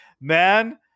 man